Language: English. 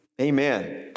Amen